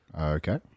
Okay